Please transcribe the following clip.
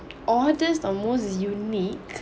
oddest or most unique